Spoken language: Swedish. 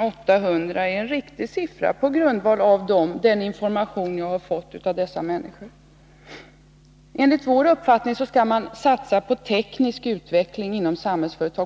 800 är riktig. Enligt vår uppfattning skall man satsa på teknisk utveckling inom Samhällsföretag.